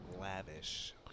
lavish